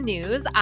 News